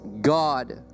God